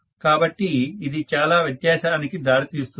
కాబట్టి ఇది చాలా వ్యత్యాసానికి దారి తీస్తుంది